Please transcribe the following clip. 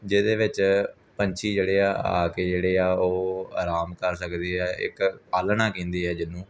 ਜਿਹਦੇ ਵਿੱਚ ਪੰਛੀ ਜਿਹੜੇ ਆ ਆ ਕੇ ਜਿਹੜੇ ਆ ਉਹ ਆਰਾਮ ਕਰ ਸਕਦੇ ਆ ਇੱਕ ਆਲ੍ਹਣਾ ਕਹਿੰਦੇ ਆ ਜਿਹਨੂੰ